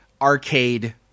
arcade